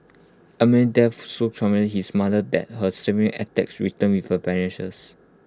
Amman's death so his mother that her attacks returned with A vengeance